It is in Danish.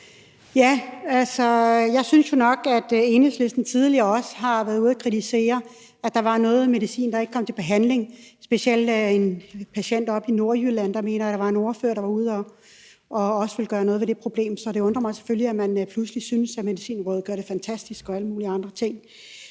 Jeg synes jo nok, at Enhedslisten også tidligere har været ude at kritisere, at der var noget medicin, der ikke blev brugt i behandlingen. Det handlede specielt om en patient oppe i Nordjylland. Der mener jeg, at der var en ordfører, der var ude og også ville gøre noget ved det problem. Så det undrer mig selvfølgelig, at man pludselig synes, at Medicinrådet gør det fantastisk og alle mulige andre ting.